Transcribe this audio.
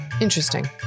Interesting